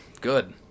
Good